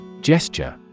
Gesture